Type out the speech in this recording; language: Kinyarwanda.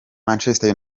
manchester